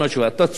אתם צודקים,